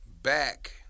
Back